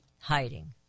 hiding